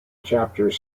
chapters